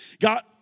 God